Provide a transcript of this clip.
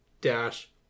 dash